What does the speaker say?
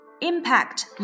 impact